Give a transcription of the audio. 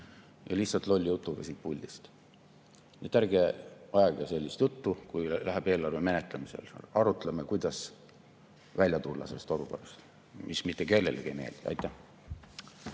Ja lihtsalt lolli jutuga siit puldist. Nii et ärge ajage sellist juttu, kui läheb eelarve menetlemiseks. Arutleme, kuidas välja tulla sellest olukorrast, mis mitte kellelegi ei meeldi. Aitäh!